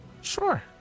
Sure